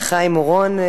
חיים אורון.